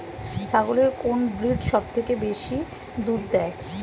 ছাগলের কোন ব্রিড সবথেকে বেশি দুধ দেয়?